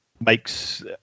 makes